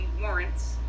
warrants